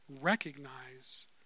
recognize